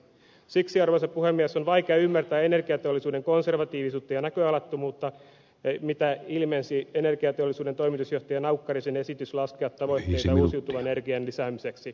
siksi arvoisa puhemies on vaikea ymmärtää energiateollisuuden konservatiivisuutta ja näköalattomuutta mitä ilmensi energiateollisuuden toimitusjohtajan naukkarisen esitys laskea tavoitteita uusiutuvan energian lisäämiseksi